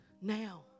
now